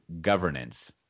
governance